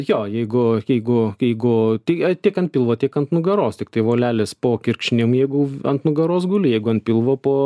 jo jeigu jeigu jeigu tai tiek ant pilvo tiek ant nugaros tiktai volelis po kirkšnim jeigu ant nugaros guli jeigu an pilvo po